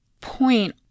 point